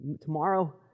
tomorrow